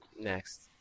Next